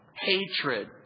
hatred